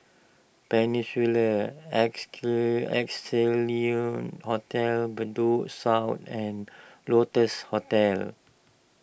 Peninsula Hotel Bedok South and Lotus Hotel